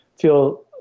feel